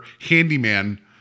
handyman